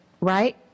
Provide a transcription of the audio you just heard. right